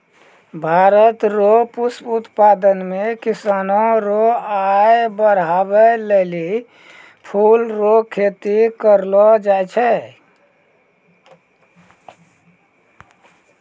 भारत रो पुष्प उत्पादन मे किसानो रो आय बड़हाबै लेली फूल रो खेती करलो जाय छै